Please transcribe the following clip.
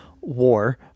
war